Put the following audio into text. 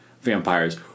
vampires